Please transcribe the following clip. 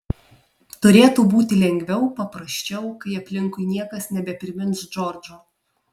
turėtų būti lengviau paprasčiau kai aplinkui niekas nebeprimins džordžo